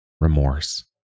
remorse